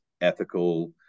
ethical